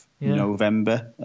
November